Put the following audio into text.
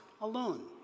alone